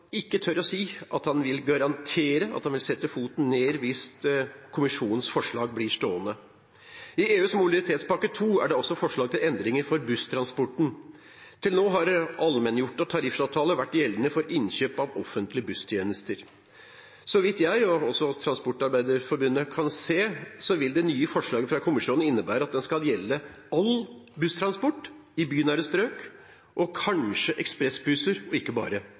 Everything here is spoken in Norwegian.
ikke tør å si at han vil garantere at han vil sette foten ned hvis Kommisjonens forslag blir stående. I EUs mobilitetspakke del 2 er det også forslag til endringer for busstransporten. Til nå har allmenngjøring av tariffavtaler vært gjeldende for innkjøp av offentlige busstjenester. Så vidt jeg og også Norsk Transportarbeiderforbund kan se, vil det nye forslaget fra Kommisjonen innebære at det skal gjelde all busstransport i bynære strøk og kanskje ekspressbusser og ikke bare